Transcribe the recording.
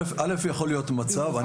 יכול להיות מצב.